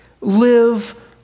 live